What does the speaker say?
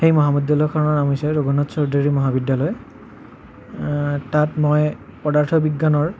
সেই মহাবিদ্যালয়খনৰ নাম হৈছে ৰঘুনাথ চৌধুৰী মহাবিদ্যালয় তাত মই পদাৰ্থ বিজ্ঞানৰ